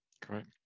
Correct